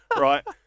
Right